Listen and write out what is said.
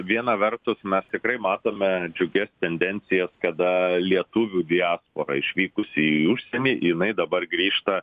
viena vertus mes tikrai matome džiugias tendencijas kada lietuvių diaspora išvykusi į užsienį jinai dabar grįžta